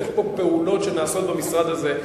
ויש פה פעולות שנעשות במשרד הזה,